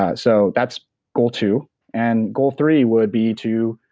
ah so that's goal two and goal three would be to,